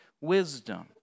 wisdom